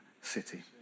city